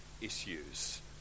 issues